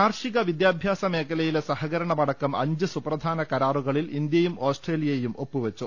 കാർഷിക വിദ്യാഭ്യാസ മേഖലയിലെ സഹകരണമടക്കം അഞ്ച് സുപ്രധാന കരാറുകളിൽ ഇന്ത്യയും ഓസ്ട്രേലിയയും ഒപ്പു വെച്ചു